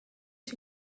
die